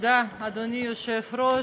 היושב-ראש.